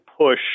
push